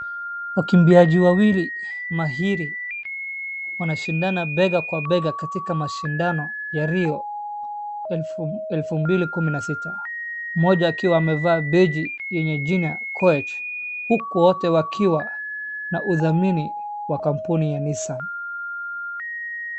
Wakimbiaji wawili mahiri wanashindana bega kwa bega katika mashindano ya rio elfu mbili kumi na sita. Mmoja akiwa amevaa beji yenye jina Koech huku wote wakiwa na udhamini wa kampuni ya Nissan.